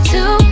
Two